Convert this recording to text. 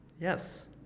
Yes